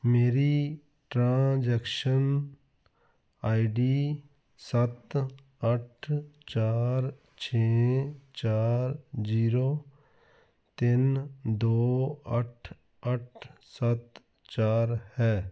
ਮੇਰੀ transaction I D ਸੱਤ ਅੱਠ ਚਾਰ ਛੇ ਚਾਰ ਜੀਰੋ ਤਿੰਨ ਦੋ ਅੱਠ ਅੱਠ ਸੱਤ ਚਾਰ ਹੈ